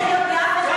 תודה.